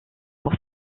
pour